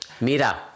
mira